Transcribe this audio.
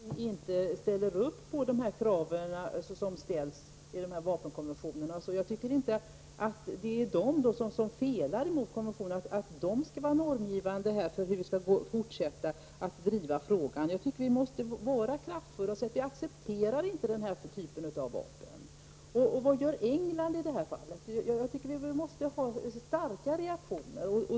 Herr talman! Karl-Erik Svartberg tycker att vi skall rätta oss efter att Israel inte ställer upp på de krav som ställs i konventionerna. Jag tycker inte att det är de som handlar i strid mot konventionerna som skall vara normgivande för hur vi skall fortsätta att driva frågan. Vi måste vara kraftfulla och säga att vi inte accepterar denna typ av vapen. Vad gör England i det här fallet? Vi måste reagera kraftigt.